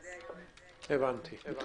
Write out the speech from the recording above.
הבנתי, בסדר.